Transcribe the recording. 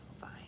Fine